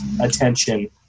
attention